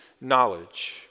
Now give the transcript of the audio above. knowledge